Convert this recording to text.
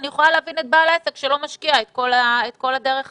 אני יכולה להבין את בעל העסק שלא משקיע את כל הדרך הזו.